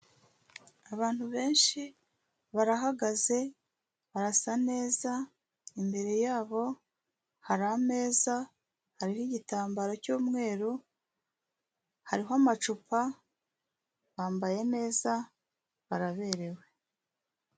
Abantu benshi barahagaze barasa neza, imbere yabo hari ameza, hariho igitambaro cy'umweru, hariho amacupa, bambaye neza, baraberewe.